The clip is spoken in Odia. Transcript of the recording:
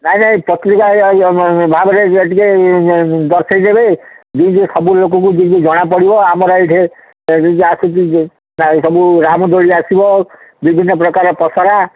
ନାଇଁ ନାଇଁ ପତ୍ରିକାଭାବରେ ଟିକେ ଦର୍ଶେଇଦେବେ ସବୁ ଲୋକଙ୍କୁ କିଛି ଜଣାପଡ଼ିବ ଆମର ଏଇଠି ଆସୁଛି ସବୁ ରାମଦୋଳି ଆସିବ ବିଭିନ୍ନ ପ୍ରକାର ପସରା